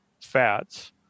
fats